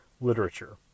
literature